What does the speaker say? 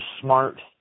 smart